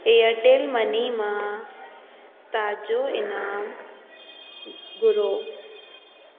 Airtel money मां तव्हां जो इनाम घुरो